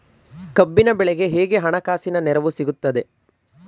ಕಬ್ಬಿನ ಬೆಳೆಗೆ ಹೇಗೆ ಹಣಕಾಸಿನ ನೆರವು ಸಿಗುತ್ತದೆ?